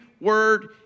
word